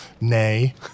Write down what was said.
Nay